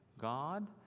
God